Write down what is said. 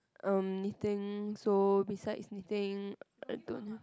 erm knitting so beside knitting I don't